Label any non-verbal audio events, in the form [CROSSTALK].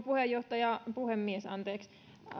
[UNINTELLIGIBLE] puheenjohtaja puhemies anteeksi